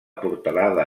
portalada